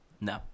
No